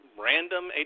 random